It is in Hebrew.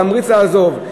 תמריץ לעזוב.